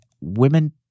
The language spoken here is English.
Women